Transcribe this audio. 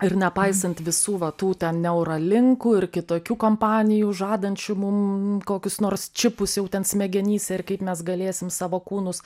ir nepaisant visų va tų ten neuralinkų ir kitokių kompanijų žadančių mum kokius nors čipus jau ten smegenyse ir kaip mes galėsim savo kūnus